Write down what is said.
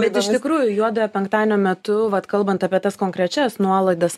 bet iš tikrųjų juodojo penktadienio metu vat kalbant apie tas konkrečias nuolaidas